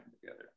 together